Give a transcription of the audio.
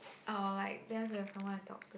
I will like because there's someone to talk to